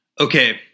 Okay